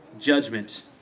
judgment